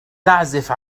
تعزف